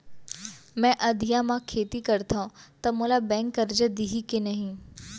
मैं अधिया म खेती करथंव त मोला बैंक करजा दिही के नही?